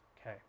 Okay